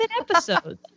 episodes